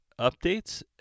updates